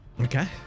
okay